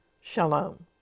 Shalom